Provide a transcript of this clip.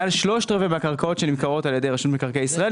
מעל שלושת-רבעי מהקרקעות שנמכרות על ידי רשות מקרקעי ישראל,